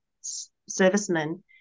servicemen